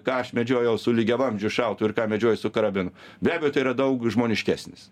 ką aš medžiojau su lygiavamzdžiu šautuvu ir ką medžiojiu su karabinu be abejo tai yra daug žmoniškesnis